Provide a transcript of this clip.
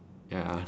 ya